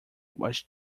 was